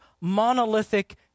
monolithic